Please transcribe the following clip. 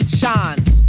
shines